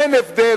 אין הבדל,